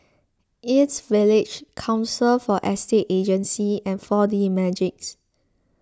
East Village Council for Estate Agencies and four D Magix